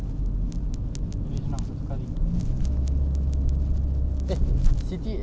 apa dia I receive WhatsApp call this oh bukan ah ini printer ah